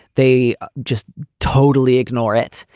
they just totally ignore it.